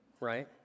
right